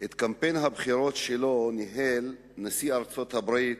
את קמפיין הבחירות שלו ניהל נשיא ארצות-הברית